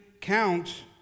count